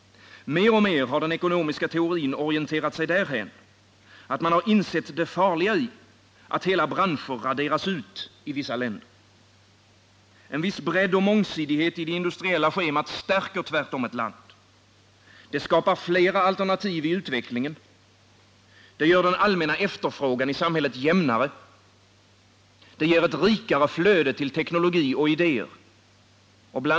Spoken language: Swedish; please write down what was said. Mer och mer har den ekonomiska teorin orienterat sig därhän, att man har insett det farliga i att hela branscher raderas ut i vissa länder. En viss bredd och mångsidighet i det industriella schemat stärker tvärtom ett land. Det skapar fler alternativ i utvecklingen. Det gör den allmänna efterfrågan i samhället jämnare. Det ger ett rikare flöde till teknologi och idéer. Bl.